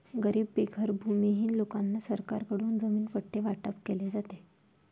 गरीब बेघर भूमिहीन लोकांना सरकारकडून जमीन पट्टे वाटप केले जाते